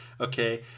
okay